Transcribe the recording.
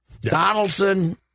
Donaldson